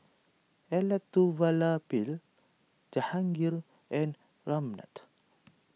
Elattuvalapil Jahangir and Ramnath